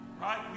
right